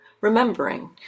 remembering